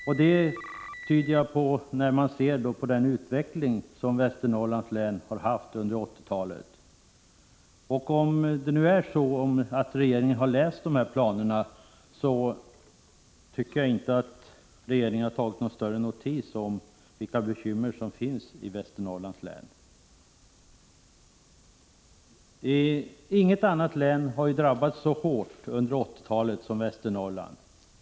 På det tyder den utveckling som Västernorrlands län har haft under 1980-talet. Om regeringen verkligen har läst planerna, tycks man inte ha tagit någon större notis om vilka bekymmer som finns i Västernorrlands län. Inget annat län har drabbats så hårt under 1980-talet som Västernorrland.